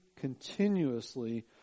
continuously